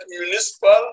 municipal